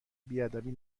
بیادبی